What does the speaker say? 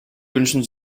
wünschen